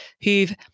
who've